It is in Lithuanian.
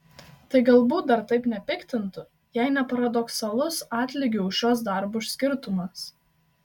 tai galbūt dar taip nepiktintų jei ne paradoksalus atlygių už šiuos darbus skirtumas